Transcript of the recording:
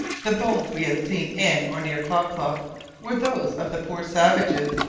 the bones we had seen in or near klock-klock were those of the poor savages,